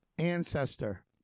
Ancestor